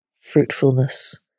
fruitfulness